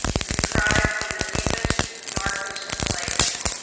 is a cry from the deepest, darkest place.